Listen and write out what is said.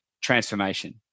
transformation